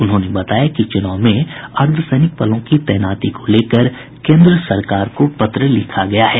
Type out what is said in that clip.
उन्होंने बताया कि चुनाव में अर्द्धसैनिक बलों की तैनाती को लेकर केंद्र सरकार को पत्र लिखा गया है